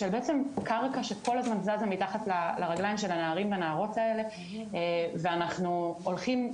קרקע שכל הזמן זזה מתחת לרגלים של הנערים והנערות האלה ואנחנו הולכים,